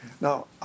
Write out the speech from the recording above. Now